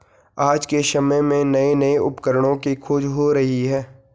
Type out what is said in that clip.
आज के समय में नये नये उपकरणों की खोज हो रही है